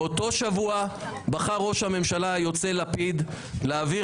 באותו שבוע בחר ראש הממשלה היוצא לפיד להעביר